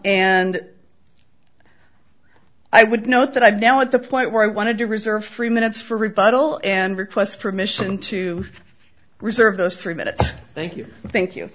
and i would note that i've now at the point where i wanted to reserve free minutes for rebuttal and request permission to reserve those three minutes thank you thank you